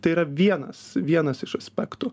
tai yra vienas vienas iš aspektų